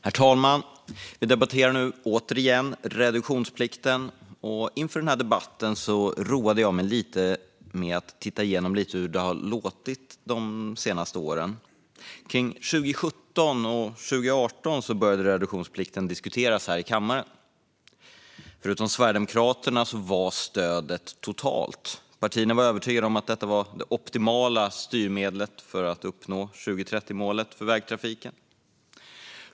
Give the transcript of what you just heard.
Herr talman! Vi debatterar nu återigen reduktionsplikten, och inför den här debatten roade jag mig lite med att titta igenom hur det har låtit de senaste åren. Kring 2017 och 2018 började reduktionsplikten diskuteras här i kammaren. Med undantag för Sverigedemokraterna var stödet totalt. Partierna var övertygade om att detta var det optimala styrmedlet för att uppnå 2030-målet för vägtrafiken.